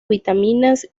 vitaminas